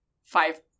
five